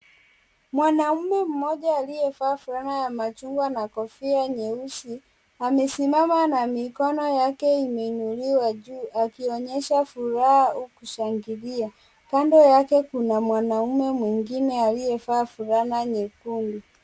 Mwanaume mmoja, aliyevaa fulana ya machungwa na kofia nyeusi. Amesimama na mikono yake imeinuliwa juu, akionyesha furaha ya kushangilia. Kando yake, kuna mwanaume mwingine aliyevaa fulana nyekundu.